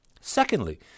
Secondly